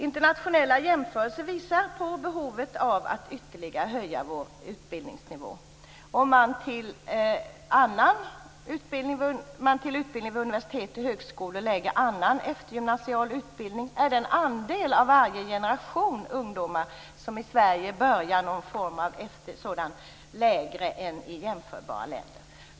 Internationella jämförelser visar på behovet av att ytterligare höja vår utbildningsnivå. Om man till utbildning vid universitet och högskolor lägger annan eftergymnasial utbildning är den andel av varje generation ungdomar i Sverige som börjar någon form av sådan utbildning lägre än i jämförbara länder.